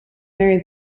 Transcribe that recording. married